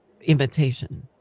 invitation